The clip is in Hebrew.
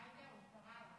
עאידה, הוא קרא לך.